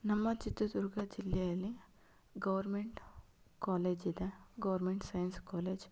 ನಮ್ಮ ಚಿತ್ರದುರ್ಗ ಜಿಲ್ಲೆಯಲ್ಲಿ government college ಇದೆ ಗೌರ್ಮೆಂಟ್ ಸೈನ್ಸ್ ಕಾಲೇಜ್